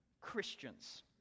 Christians